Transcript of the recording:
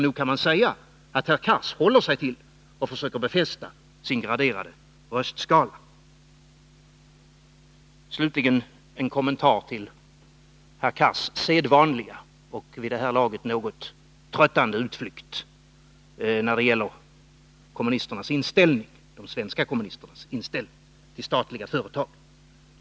Nog kan man säga att herr Cars håller sig till och försöker befästa sin graderade röstskala! Slutligen en kommentar till herr Cars sedvanliga och vid det här laget något tröttande utflykt när det gäller de svenska kommunisternas inställning till statliga företag.